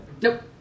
Nope